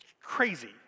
crazy